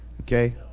Okay